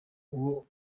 uwo